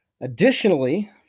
Additionally